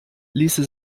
ließe